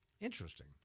interesting